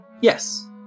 Yes